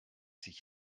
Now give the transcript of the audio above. sich